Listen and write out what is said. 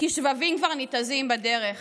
כי שבבים כבר ניתזים בדרך